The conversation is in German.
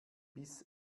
bis